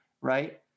right